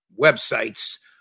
websites